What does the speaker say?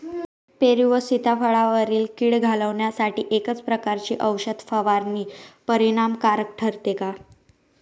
पेरू व सीताफळावरील कीड घालवण्यासाठी एकाच प्रकारची औषध फवारणी परिणामकारक ठरते का?